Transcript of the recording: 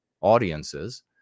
audiences